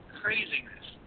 craziness